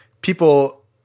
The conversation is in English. people